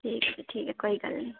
ठीक ऐ ठीक ऐ कोई गल्ल निं